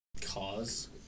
cause